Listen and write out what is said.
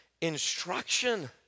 instruction